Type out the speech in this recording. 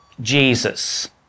Jesus